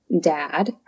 dad